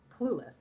clueless